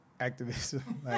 Activism